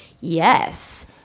yes